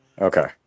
Okay